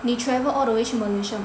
你 travel all the way 去 Malaysia